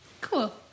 Cool